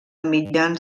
mitjans